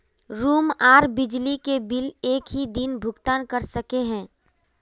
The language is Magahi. रूम आर बिजली के बिल एक हि दिन भुगतान कर सके है?